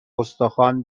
استخوان